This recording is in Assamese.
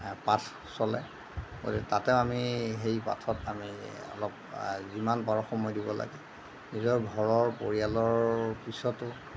পাঠ চলে আৰু তাতে আমি এই সেই পাঠত আমি অলপ যিমান পাৰোঁ সময় দিব লাগে নিজৰ ঘৰৰ পৰিয়ালৰ পিছতো